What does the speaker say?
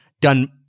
done